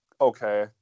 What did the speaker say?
okay